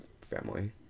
family